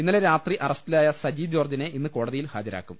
ഇന്നലെ രാത്രി അറസ്റ്റിലായ സജി ജോർജ്ജിനെ ഇന്ന് കോടതി യിൽ ഹാജരാക്കും